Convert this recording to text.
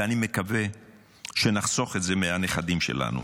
ואני מקווה שנחסוך את זה מהנכדים שלנו.